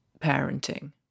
parenting